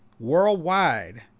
Worldwide